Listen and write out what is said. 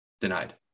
denied